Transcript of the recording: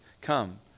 come